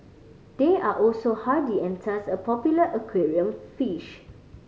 they are also hardy and thus a popular aquarium fish